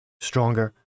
stronger